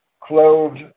clothed